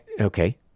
okay